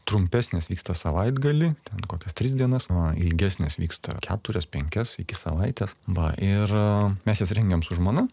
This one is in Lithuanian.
trumpesnės vyksta savaitgalį nu kokias tris dienas nu ilgesnės vyksta keturias penkias iki savaitės va ir mes jas rengiam su žmona